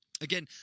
Again